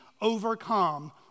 overcome